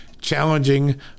challenging